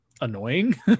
annoying